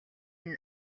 энэ